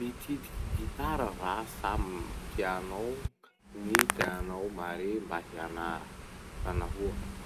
Mikitiky gitara va sa piano gny tianao mare mba hianara? Fa nahoa?